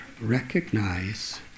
recognize